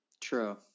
True